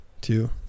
two